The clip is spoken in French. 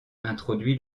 introduit